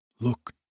Look